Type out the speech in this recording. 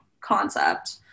concept